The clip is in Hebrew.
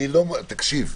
תקשיב,